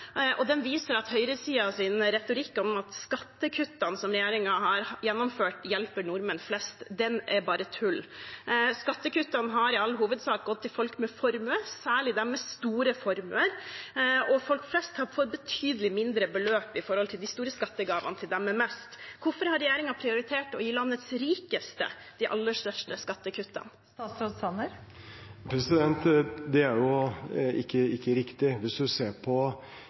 Den viser at høyresidens retorikk om at skattekuttene som regjeringen har gjennomført, hjelper nordmenn flest, bare er tull. Skattekuttene har i all hovedsak gått til folk med formue, særlig dem med store formuer, og folk flest har fått betydelig mindre beløp i forhold til de store skattegavene til dem med mest. Hvorfor har regjeringen prioritert å gi landets rikeste de aller største skattekuttene? Det er jo ikke riktig. Hvis man ser på